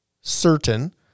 certain